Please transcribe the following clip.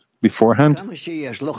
beforehand